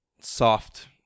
soft